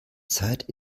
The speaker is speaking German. zeit